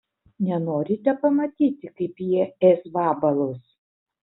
nenorite pamatyti kaip jie ės vabalus